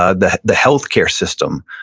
ah the the healthcare system,